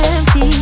Empty